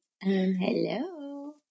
Hello